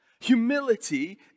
Humility